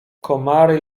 komary